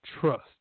trust